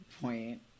point